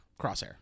Crosshair